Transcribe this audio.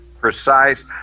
precise